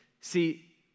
See